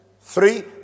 three